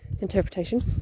interpretation